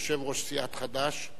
יושב-ראש סיעת חד"ש,